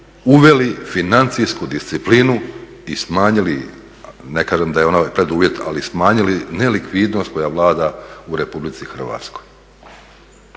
uveli financijsku disciplinu i smanjili, ne kažem da je ona preduvjet, ali smanjili nelikvidnost koja vlada u Republici Hrvatskoj.